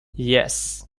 yes